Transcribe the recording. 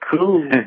Cool